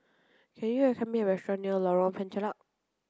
can you recommend me a restaurant near Lorong Penchalak